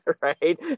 right